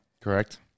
Correct